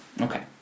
okay